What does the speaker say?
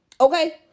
Okay